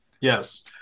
Yes